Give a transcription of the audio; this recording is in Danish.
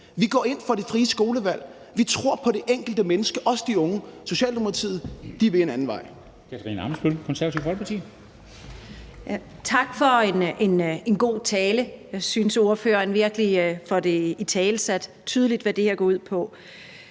Vi går ind for det frie skolevalg, vi tror på det enkelte menneske, også de unge. Socialdemokratiet vil en anden vej.